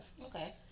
Okay